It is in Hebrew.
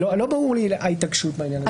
לא ברורה לי ההתעקשות בעניין הזה.